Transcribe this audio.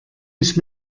ich